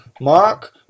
Mark